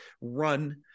run